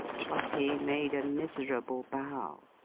trotty made a miserable bow.